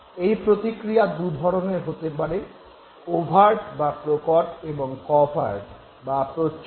এই প্রতিক্রিয়া দু'ধরণের হতে পারে ওভার্ট বা প্রকট এবং কভার্ট বা প্রচ্ছন্ন